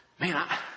man